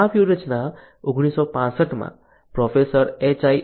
આ વ્યૂહરચના 1965 માં પ્રોફેસર H